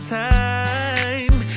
time